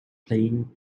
playing